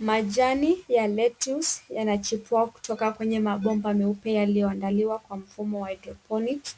Majani ya Lettuce yanachipua kutoka mabomba meupe yaliyoandaliwa kwa mfumo wa Hydroponics